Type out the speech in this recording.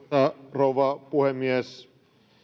rouva puhemies